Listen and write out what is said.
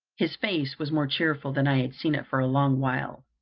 his face was more cheerful than i had seen it for a long while,